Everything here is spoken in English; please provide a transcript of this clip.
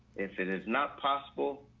if it is not possible,